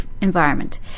environment